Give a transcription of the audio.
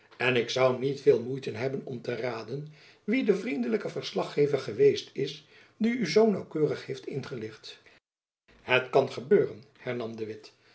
en ik zoû niet veel moeite hebben om te raden wie de vriendelijke verslaggever geweest is die u zoo naauwkeurig heeft ingelicht het kan gebeuren hernam de witt